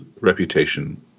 reputation